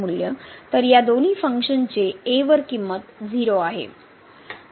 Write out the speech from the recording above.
तर दोन्ही फंक्शनची a वर किंमत 0 आहे